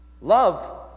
Love